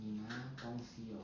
你拿东西 hor